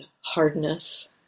hardness